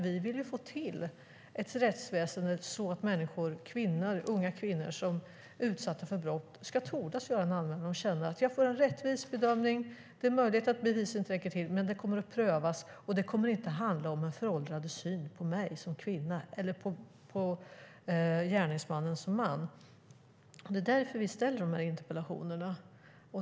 Vi vill få till ett rättsväsen som är sådant att unga kvinnor som blir utsatta för brott ska våga göra en anmälan och känna att de får en rättvis bedömning. Det är möjligt att bevisen inte räcker till, men det kommer att prövas, och det kommer inte att handla om en föråldrad syn på en som kvinna eller på gärningsmannen som man. Det är därför vi ställer de här interpellationerna.